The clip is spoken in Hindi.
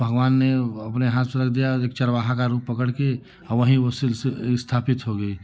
भगवान ने अपने हाथ से रख दिया चरवाहा का रूप पकड़ कर आ वही वह स्थापित हो गई